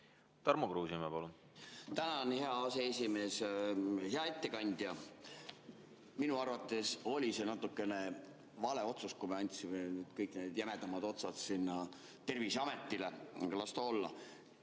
Tarmo Kruusimäe, palun! Tänan, hea aseesimees! Hea ettekandja! Minu arvates oli see natukene vale otsus, kui me andsime kõik jämedamad otsad sinna Terviseametile, aga las ta olla.